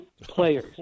players